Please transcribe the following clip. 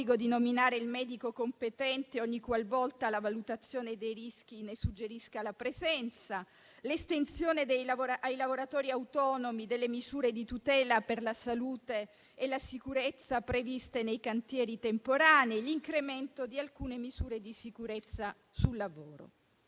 di nominare il medico competente ogni qualvolta la valutazione dei rischi ne suggerisca la presenza; l'estensione ai lavoratori autonomi delle misure di tutela per la salute e la sicurezza previste nei cantieri temporanei; l'incremento di alcune misure di sicurezza sul lavoro.